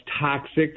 toxic